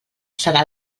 serà